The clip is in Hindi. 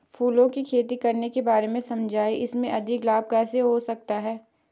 फूलों की खेती करने के बारे में समझाइये इसमें अधिक लाभ कैसे हो सकता है?